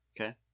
Okay